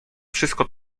wszystko